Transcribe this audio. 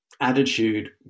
attitude